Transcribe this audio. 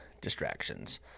distractions